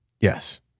Yes